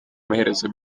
amaherezo